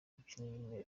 gukinira